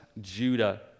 Judah